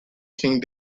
king